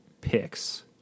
picks